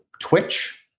Twitch